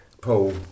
Paul